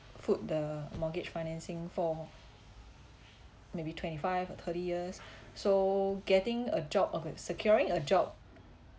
foot the mortgage financing for maybe twenty five or thirty years so getting a job okay securing a job